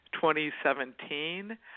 2017